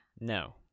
No